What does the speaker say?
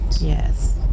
Yes